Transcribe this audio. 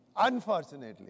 Unfortunately